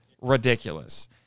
ridiculous